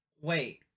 Wait